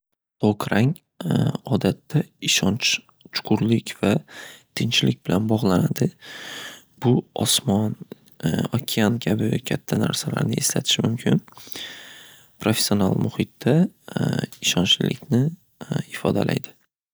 To'q rang odatda ishonch chuqurlik va tinchlik bilan bog'lanadi bu osmon okean kabi katta narsalarni eslatishi mumkin professional muhitda ishonchlilikni ifodalaydi.